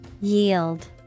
Yield